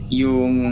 yung